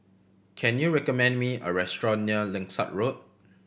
can you recommend me a restaurant near Langsat Road